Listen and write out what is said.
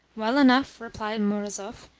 well enough, replied murazov,